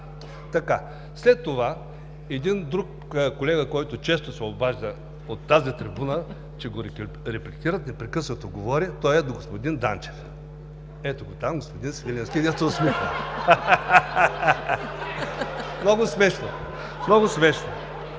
След това един друг колега, който често се обажда от тази трибуна, че го репликират, непрекъснато говори, той е до господин Данчев. Ето го там – господин Свиленски, дето се усмихва. (Бурен смях.) Много смешно.